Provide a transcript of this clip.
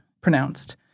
pronounced